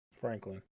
Franklin